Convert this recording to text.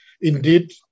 indeed